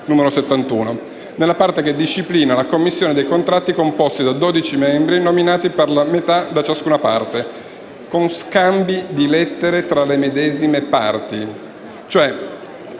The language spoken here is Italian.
nella parte che disciplina la commissione dei contratti, composta da dodici membri nominati per metà da ciascuna parte con scambi di lettere tra le medesime parti